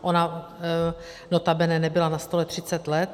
Ona notabene nebyla na stole 30 let.